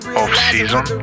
off-season